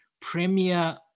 premier